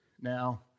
Now